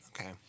Okay